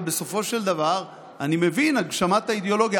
אבל בסופו של דבר, אני מבין, הגשמת האידיאולוגיה.